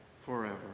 forever